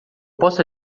posso